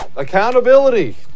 accountability